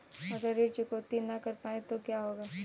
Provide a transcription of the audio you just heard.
अगर ऋण चुकौती न कर पाए तो क्या होगा?